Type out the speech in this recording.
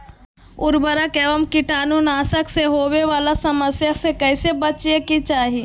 उर्वरक एवं कीटाणु नाशक से होवे वाला समस्या से कैसै बची के चाहि?